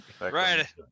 Right